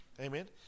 Amen